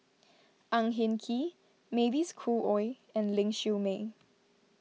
Ang Hin Kee Mavis Khoo Oei and Ling Siew May